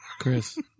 Chris